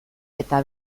eta